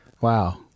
Wow